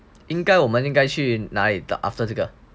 应该我们应该去哪里 after you 这个